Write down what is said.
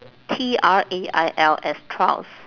T R A I L S trails